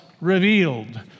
revealed